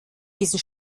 diesen